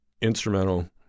Instrumental